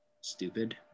stupid